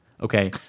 Okay